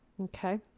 okay